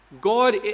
God